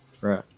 right